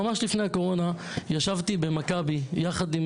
ממש לפני הקורנה ישבתי ב"מכבי" יחד עם